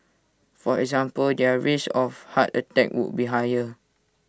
for example their risk of heart attacks would be higher